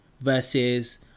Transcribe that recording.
versus